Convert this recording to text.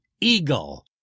eagle